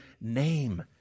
name